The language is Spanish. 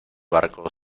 barco